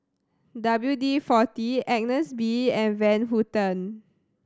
W D Forty Agnes B and Van Houten